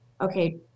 okay